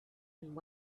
and